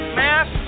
mass